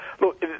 Look